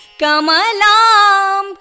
Kamalam